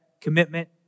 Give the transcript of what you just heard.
commitment